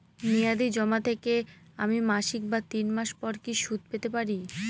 মেয়াদী জমা থেকে আমি মাসিক বা তিন মাস পর কি সুদ পেতে পারি?